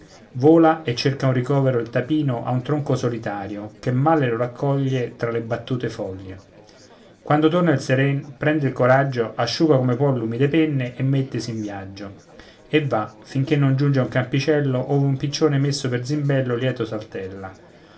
vola e cerca un ricovero il tapino a un tronco solitario che male lo raccoglie tra le battute foglie quando torna il seren prende coraggio asciuga come può l'umide penne e mettesi in viaggio e va finché non giunge a un campicello ove un piccione messo per zimbello lieto saltella